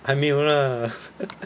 还没有 lah